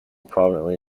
prominently